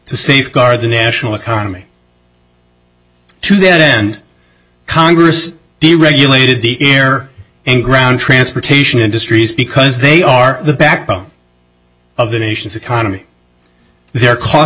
to safeguard the national economy to then congress deregulated the air and ground transportation industries because they are the backbone of the nation's economy their cost